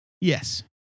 Yes